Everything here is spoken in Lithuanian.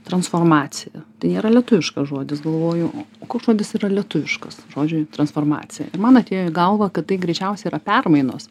transformacija tai nėra lietuviškas žodis galvoju koks žodis yra lietuviškas žodžiai transformacija ir man atėjo į galvą kad tai greičiausiai yra permainos